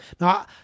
Now